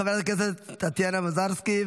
חברת הכנסת טטיאנה מזרסקי,